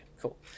cool